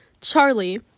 Charlie